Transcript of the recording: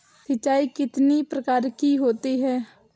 सिंचाई कितनी प्रकार की होती हैं?